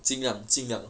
尽量尽量